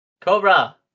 Cobra